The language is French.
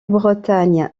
bretagne